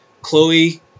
Chloe